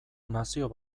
nazio